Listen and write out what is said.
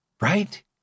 right